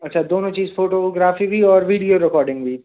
अच्छा दोनों चीज फोटोग्राफी भी और वीडियो रिकॉर्डिंग भी